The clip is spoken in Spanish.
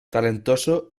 talentoso